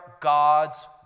God's